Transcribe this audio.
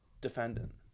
defendant